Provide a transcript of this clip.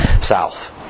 south